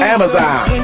Amazon